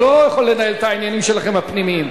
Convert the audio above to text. אני לא יכול לנהל את העניינים שלכם הפנימיים.